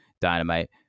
dynamite